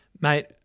mate